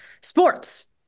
sports